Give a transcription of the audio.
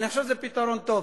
אני חושב שזה פתרון טוב.